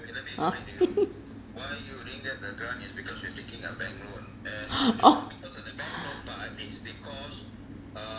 ha oh